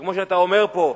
כמו שאתה אומר פה,